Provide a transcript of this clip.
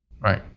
Right